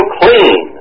clean